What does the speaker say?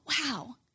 wow